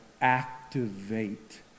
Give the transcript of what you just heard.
activate